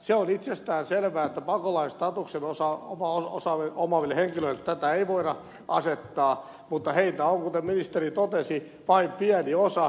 se on itsestäänselvää että pakolaisstatuksen omaaville henkilöille tätä ei voida asettaa mutta heitä on kuten ministeri totesi vain pieni osa